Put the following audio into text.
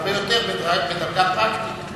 הרבה יותר, זו דרגה פרקטית.